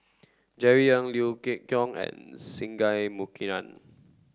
Jerry Ng Liew Geok and Singai Mukilan